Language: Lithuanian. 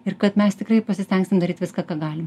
ir kad mes tikrai pasistengsim daryt viską ką galim